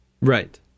Right